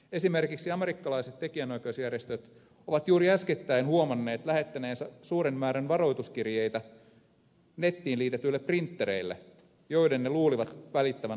esimerkiksi amerikkalaiset tekijänoikeusjärjestöt ovat juuri äskettäin huomanneet lähettäneensä suuren määrän varoituskirjeitä nettiin liitetyille printtereille joiden ne luulivat välittävän laitonta materiaalia netissä